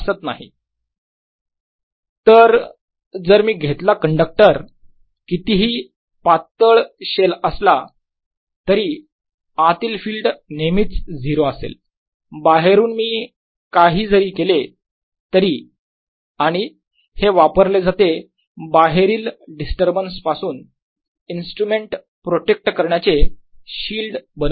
VVdVV2VdVV2dVVVdSV2dV V2dV0 or V0 तर जर मी घेतला कंडक्टर कितीही पातळ शेल असला तरी आतील फिल्ड नेहमीच 0 असेल बाहेरून मी काही जरी केले तरी आणि हे वापरले जाते बाहेरील डिस्टर्बन्स पासून इंस्ट्रूमेंट प्रोटेक्ट करण्याचे शिल्ड बनवण्यासाठी